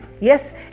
yes